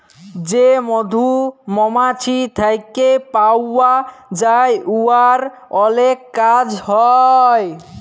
যে মধু মমাছি থ্যাইকে পাউয়া যায় উয়ার অলেক কাজ হ্যয়